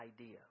idea